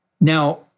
Now